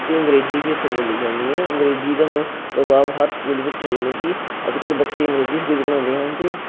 ਅਤੇ ਅੰਗਰੇਜ਼ੀ ਵੀ ਇੱਥੇ ਬੋਲੀ ਜਾਂਦੀ ਹੈ ਅੰਗਰੇਜ਼ੀ ਦਾ ਪ੍ਰਭਾਵ ਹਰ ਸਕੂਲ ਵਿੱਚ ਏ ਯਾਨੀ ਕਿ ਅੱਜ ਕੱਲ੍ਹ ਬੱਚੇ ਅੰਗਰੇਜ਼ੀ ਸਕੂਲ 'ਚ ਪੜ੍ਹਾਉਂਦੇ ਹਨ ਅਤੇ